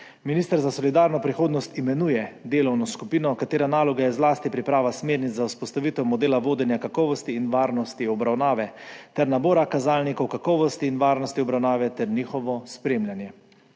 Minister za solidarno prihodnost imenuje delovno skupino, katere naloga je zlasti priprava smernic za vzpostavitev modela vodenja kakovosti in varnosti obravnave ter nabora kazalnikov kakovosti in varnosti obravnave ter njihovo spremljanje.